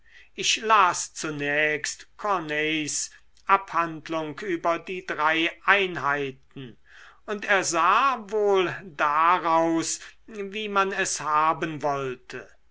ich las zunächst corneilles abhandlung über die drei einheiten und ersah wohl daraus wie man es haben wollte